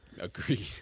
Agreed